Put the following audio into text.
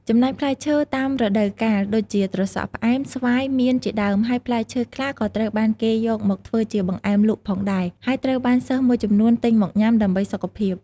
ចំពោះផ្លែឈើតាមរដូវកាល ដូចជាត្រសក់ផ្អែម ស្វាយ មៀន ជាដើម ហើយផ្លែឈើខ្លះក៏ត្រូវបានគេយកមកធ្វើជាបង្អែមលក់ផងដែរ ហើយត្រូវបានសិស្សមួយចំនួនទិញមកញ៉ាំដើម្បីសុខភាព។